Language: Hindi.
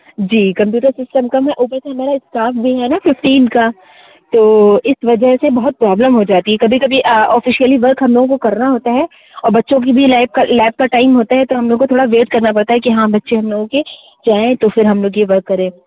जी कम्प्यूटर सिस्टम कम है ऊपर से हमारा स्टाफ भी है ना फिफ्टीन का तो इस वजह से बहुत प्रॉब्लम हो जाती है कभी कभी ऑफिसयली वर्क हम लोग को करना होता है और बच्चों की बच्चों की भी लाइफ लैब का टाइम होता है तो हम लोग को थोड़ा वेट करना पड़ता है कि हाँ बच्चे हम लोगों के जाएँ तो हम लोग ये वर्क करें